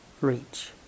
reach